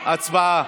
הוועדה.